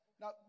Now